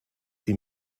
sie